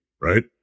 Right